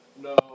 No